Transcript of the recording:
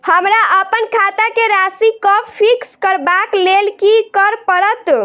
हमरा अप्पन खाता केँ राशि कऽ फिक्स करबाक लेल की करऽ पड़त?